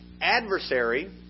adversary